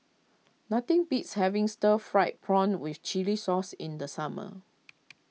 nothing beats having Stir Fried Prawn with Chili Sauce in the summer